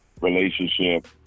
relationship